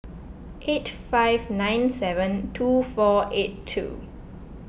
eight five nine seven two four eight two